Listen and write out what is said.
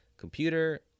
computer